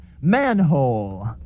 manhole